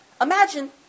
imagine